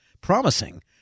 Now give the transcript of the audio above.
promising